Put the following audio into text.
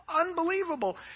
unbelievable